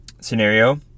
scenario